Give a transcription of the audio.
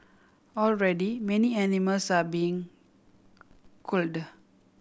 already many animals are being culled